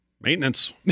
Maintenance